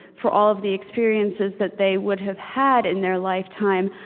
for all of the experiences that they would have had in their lifetime,